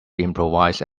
improvise